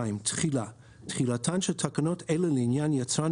תחילה 2. תחילתן של תקנות אלה לעניין יצרן